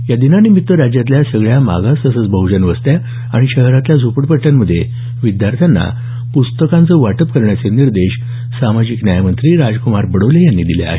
या दिनानिमित्त राज्यातल्या सगळ्या मागास तसंच बहजन वस्त्या आणि शहरांतल्या झोपडपट्ट्यांमध्ये विद्यार्थ्यांना पुस्तकांचं वाटप करण्याचे निर्देश सामाजिक न्यायमंत्री राजकुमार बडोले यांनी दिले आहेत